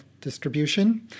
distribution